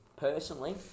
Personally